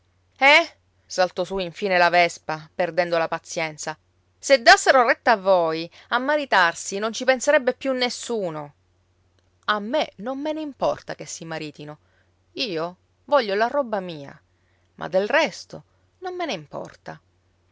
eh saltò su infine la vespa perdendo la pazienza se dassero retta a voi a maritarsi non ci penserebbe più nessuno a me non me ne importa che si maritino io voglio la roba mia ma del resto non me ne importa